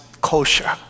kosher